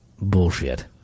Bullshit